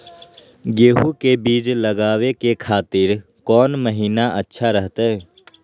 गेहूं के बीज लगावे के खातिर कौन महीना अच्छा रहतय?